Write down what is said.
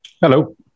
Hello